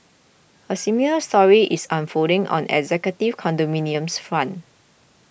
a similar story is unfolding on executive condominiums front